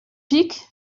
pic